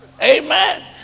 Amen